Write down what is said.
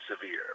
severe